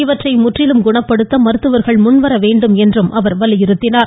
இவற்றை முற்றிலும் குணப்படுத்த மருத்துவர்கள் முன்வர வேண்டும் என்றும் அவர் கேட்டுக்கொண்டார்